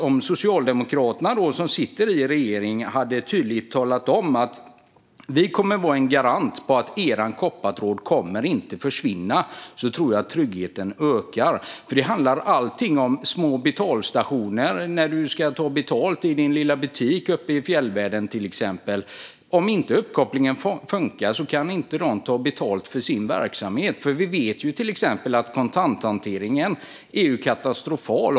Om Socialdemokraterna, som sitter i regeringen, tydligt hade talat om att de skulle vara en garant för att deras koppartråd inte kommer att försvinna tror jag att tryggheten hade ökat. Detta handlar om små betalstationer när man ska ta betalt i till exempel sin lilla butik uppe i fjällvärlden. Om uppkopplingen inte funkar kan man inte ta betalt för sin verksamhet. Och vi vet att kontanthanteringen är katastrofal.